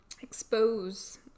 expose